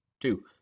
two